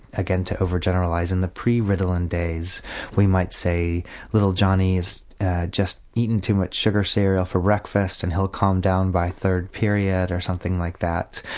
again to overgeneralise, in the pre-ritalin days we might say little johnnie has just eaten too much sugared cereal for breakfast and he'll calm down by third period or something like that,